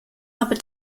aber